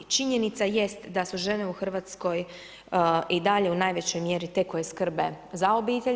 Činjenica jest da su žene u Hrvatskoj i dalje u najvećoj mjeri te koje skrbe za obitelj.